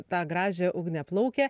tą gražią ugniaplaukę